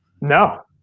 No